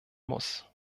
muss